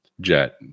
jet